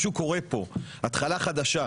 משהו קורה פה, התחלה חדשה.